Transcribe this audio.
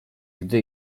gdy